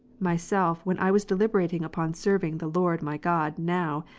myself when i was deliberating upon serving the lord my god now,